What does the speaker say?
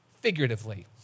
figuratively